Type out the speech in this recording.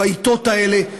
בעתות האלה,